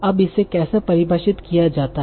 अब इसे कैसे परिभाषित किया जाता है